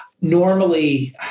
Normally